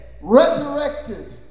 resurrected